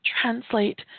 translate